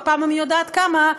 בפעם המי יודעת כמה,